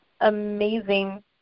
amazing